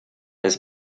jest